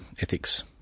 ethics